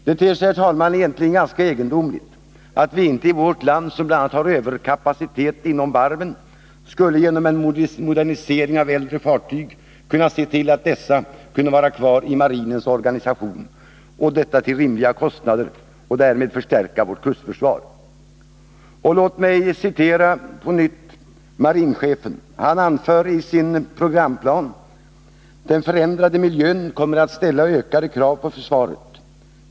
Det ter sig, herr talman, egentligen ganska egendomligt att vi inte i vårt land, som bl.a. har överkapacitet inom varven, genom moderniseringar av äldre fartyg skulle kunna se till att dessa kunde vara kvar i marinens organisation till en rimlig kostnad och därmed förstärka vårt kustförsvar. Låt mig på nytt citera marinchefen. Han anför i sin programplan: ”Den förändrade miljön kommer att ställa ökade krav på försvaret.